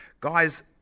Guys